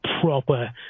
proper